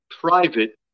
private